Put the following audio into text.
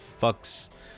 fucks